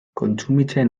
kontsumitzen